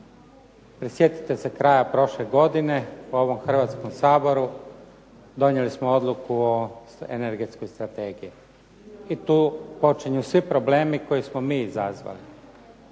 Prisjetite se kraja prošle godine u ovom Hrvatskom saboru, donijeli smo odluku o energetskoj strategiji. I tu počinju svi problemi koje smo mi izazvali.